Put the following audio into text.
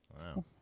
Wow